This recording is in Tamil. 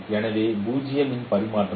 எனவே 0 இன் பரிமாணம்